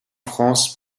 france